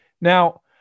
Now